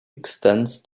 extends